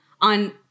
on